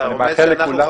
אתה רומז שאנחנו,